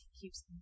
keeps